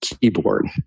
keyboard